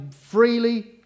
freely